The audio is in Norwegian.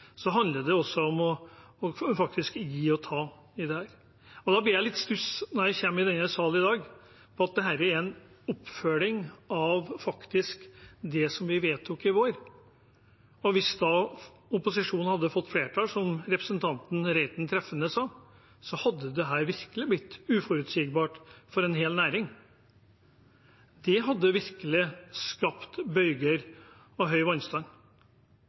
handler det om å gi og ta. Da blir jeg litt i stuss når jeg kommer i denne salen i dag, over at dette er en oppfølging av det vi vedtok i vår. Hvis opposisjonen hadde fått flertall, hadde det, som representanten Reiten treffende sa, virkelig blitt uforutsigbart for en hel næring. Det hadde virkelig skapt bølger og høy vannstand.